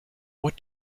what